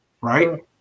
right